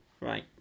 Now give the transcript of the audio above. Right